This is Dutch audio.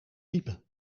type